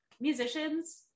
musicians